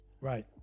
right